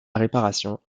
réparation